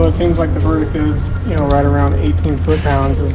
but seems like the verdict is you know right around eighteen foot pounds is